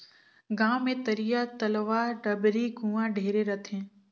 गांव मे तरिया, तलवा, डबरी, कुआँ ढेरे रथें